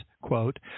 quote